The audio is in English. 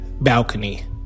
balcony